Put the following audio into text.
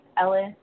Ellis